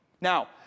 Now